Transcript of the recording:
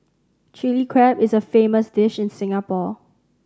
Chilli Crab is a famous dish in Singapore